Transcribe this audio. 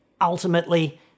ultimately